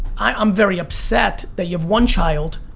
i am very upset that you have one child,